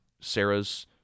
Sarah's